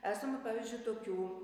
esama pavyzdžiui tokių